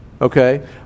Okay